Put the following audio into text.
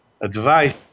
advice